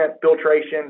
filtration